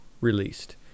released